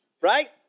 right